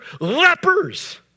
lepers